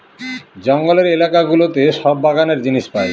জঙ্গলের এলাকা গুলোতে সব বাগানের জিনিস পাই